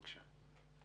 בבקשה,